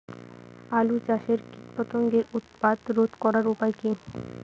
আলু চাষের কীটপতঙ্গের উৎপাত রোধ করার উপায় কী?